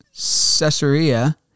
Caesarea